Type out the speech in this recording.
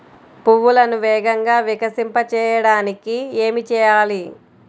పువ్వులను వేగంగా వికసింపచేయటానికి ఏమి చేయాలి?